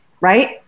Right